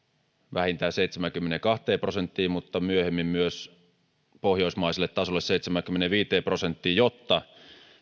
vähintään seitsemäänkymmeneenkahteen prosenttiin mutta myöhemmin myös pohjoismaiselle tasolle seitsemäänkymmeneenviiteen prosenttiin jotta